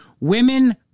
women